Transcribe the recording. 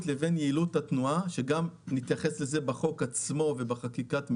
לבין יעילות התנועה שנתייחס אליהם בחוק עצמו ובחקיקת המשנה.